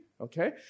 Okay